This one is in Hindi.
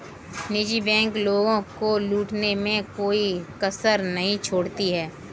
निजी बैंक लोगों को लूटने में कोई कसर नहीं छोड़ती है